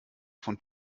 von